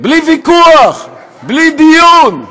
בלי ויכוח, בלי דיון.